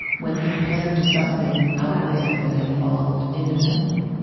when compared to something out there that had evolved independently.